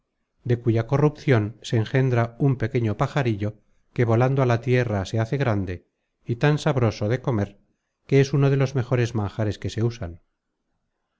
de cuya corrupcion se engendra un pequeño pajarillo que volando a la tierra se hace grande y tan sabroso de comer que es uno de los mejores manjares que se usan